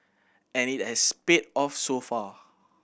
and it has paid off so far